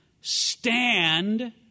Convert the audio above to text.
Stand